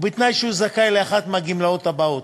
ובתנאי שהוא זכאי לאחת מהגמלאות הבאות: